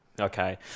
Okay